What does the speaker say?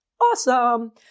awesome